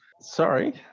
sorry